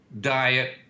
diet